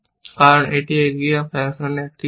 কারণ এটি এগিয়ে ফ্যাশনে এটি করছে